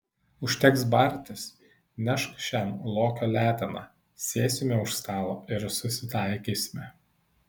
užteks bartis nešk šen lokio leteną sėsime už stalo ir susitaikysime